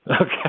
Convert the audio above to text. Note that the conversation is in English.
Okay